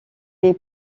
est